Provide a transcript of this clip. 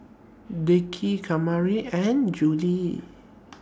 Dickie Kamari and Juli